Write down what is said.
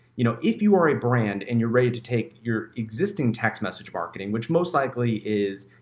you know, if you are a brand and you're ready to take your existing text message marketing, which most likely is,